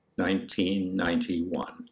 1991